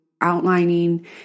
outlining